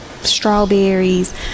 strawberries